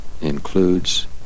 includes